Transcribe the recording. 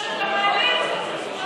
זו פעם ראשונה שאתה מעלה את זה.